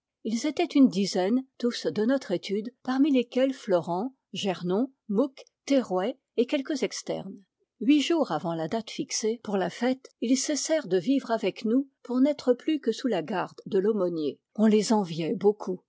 ils étaient une dizaine tous de notre étude parmi lesquels florent gernon mouque terrouet et quelques externes huit jours avant la date fixée pour la fête ils cessèrent de vivre avec nous pour n'être plus que sous la garde de l'aumônier on les enviait beaucoup